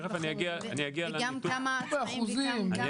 דבר באחוזים.